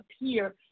appear